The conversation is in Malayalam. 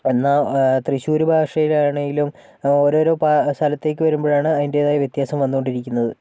എന്നാൽ ആ തൃശൂര് ഭാഷയിൽ ആണെങ്കിലും ഓരോരോ പ സ്ഥലത്തേക്ക് വരുമ്പോഴാണ് അതിൻ്റെതായ വ്യത്യാസം വന്നുകൊണ്ടിരിക്കുകയാണ്